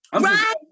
Right